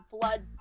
blood